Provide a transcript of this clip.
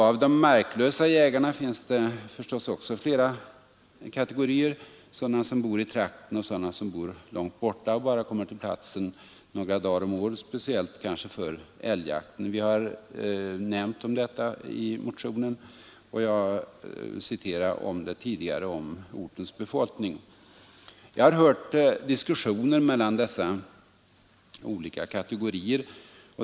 Av de marklösa jägarna finns det förstås också flera kategorier — sådana som bor i trakten och sådana som bor långt borta och bara kommer till platsen några dagar om året, kanske 181 speciellt vid älgjakten. Vi har nämnt detta i motionen, och jag citerade det nyss. Jag har hört diskussioner mellan dessa olika kategorier.